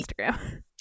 Instagram